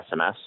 SMS